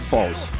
Falls